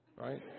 right